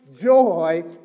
Joy